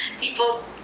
people